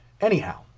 Anyhow